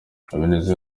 habineza